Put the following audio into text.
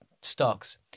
stocks